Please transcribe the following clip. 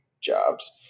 jobs